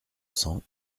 cents